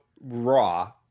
Raw